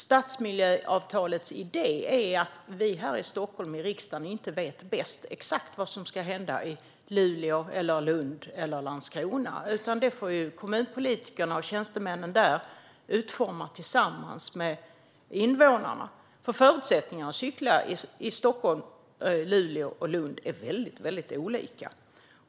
Stadsmiljöavtalets idé är att vi här i riksdagen i Stockholm inte vet bäst när det gäller exakt vad som ska hända i Luleå, Lund eller Landskrona. Det får kommunpolitikerna och tjänstemännen där utforma tillsammans med invånarna. Förutsättningarna att cykla i Stockholm, Luleå och Lund är väldigt olika.